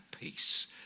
peace